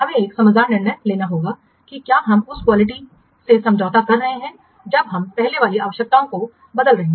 हमें एक समझदार निर्णय लेना होगा कि क्या हम उस क्वालिटी से समझौता कर सकते हैं जब हम पहले वाली आवश्यकताओं को बदल रहे हैं